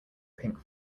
pink